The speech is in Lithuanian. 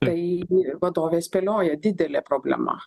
tai vadovė spėlioja didelė problema